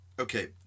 Okay